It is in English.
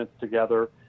together